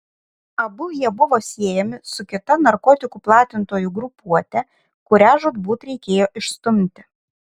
abu jie buvo siejami su kita narkotikų platintojų grupuote kurią žūtbūt reikėjo išstumti